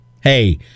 Hey